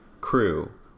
Crew